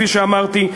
כפי שאמרתי,